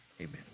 Amen